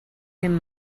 him